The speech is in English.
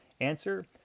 Answer